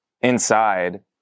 inside